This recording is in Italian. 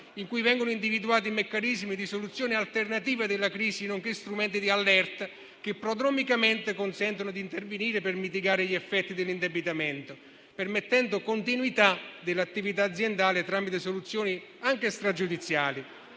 in cui vengono individuati meccanismi di risoluzione alternativi delle crisi, nonché strumenti di allerta che prodromicamente consentono di intervenire per mitigare gli effetti dell'indebitamento, permettendo continuità dell'attività aziendale tramite soluzioni anche stragiudiziali.